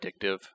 addictive